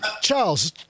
Charles